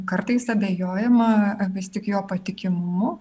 kartais abejojama vis tik jo patikimumu